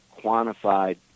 quantified